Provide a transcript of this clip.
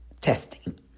testing